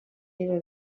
era